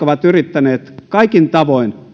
ovat yrittäneet kaikin tavoin